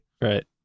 right